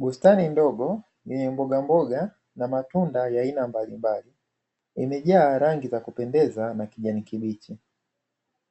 Bustani ndogo yenye mbogamboga na matunda ya aina mbalimbali imejaa rangi za kupendeza za kijani kibichi,